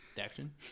Action